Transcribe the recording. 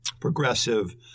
progressive